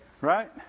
Right